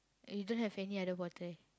you don't have any other portrait